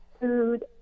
food